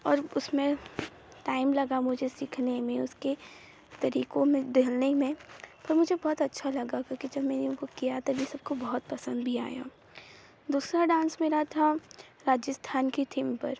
और उसमें टाइम लगा मुझे सीखने में उसके तरीकों में ढलने में तो मुझे बहुत अच्छा लगा क्योंकि जब मैंने उनको किया तो सबको बहुत पसंद भी आया दूसरा डांस मेरा था राजस्थान की थीम पर